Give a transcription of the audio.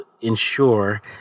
ensure